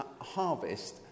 Harvest